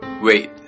Wait